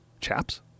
Chaps